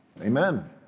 Amen